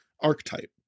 archetype